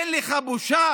אין לך בושה